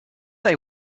they